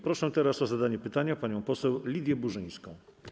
Proszę teraz o zadanie pytania panią poseł Lidię Burzyńską.